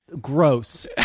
Gross